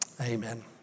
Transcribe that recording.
Amen